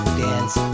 dance